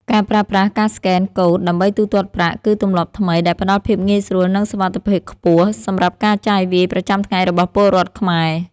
ការប្រើប្រាស់ការស្កេនកូដដើម្បីទូទាត់ប្រាក់ គឺទម្លាប់ថ្មីដែលផ្ដល់ភាពងាយស្រួល និងសុវត្ថិភាពខ្ពស់សម្រាប់ការចាយវាយប្រចាំថ្ងៃរបស់ពលរដ្ឋខ្មែរ។